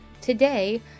Today